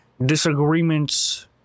Disagreements